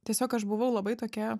tiesiog aš buvau labai tokia